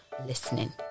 listening